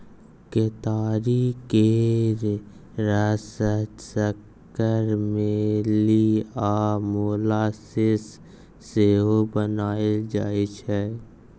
केतारी केर रस सँ सक्कर, मेली आ मोलासेस सेहो बनाएल जाइ छै